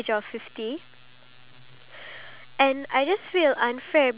ageing population but I just feel like it's not fair because